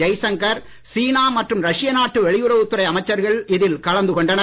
ஜெய்சங்கர் சீனா மற்றும் ரஷ்ய நாட்டு வெளியுறவுத் துறை அமைச்சர்கள் இதில் கலந்து கொண்டனர்